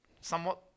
somewhat